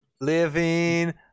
living